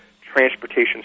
transportation